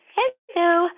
Hello